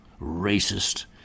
racist